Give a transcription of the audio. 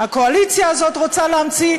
הקואליציה הזאת רוצה להמציא,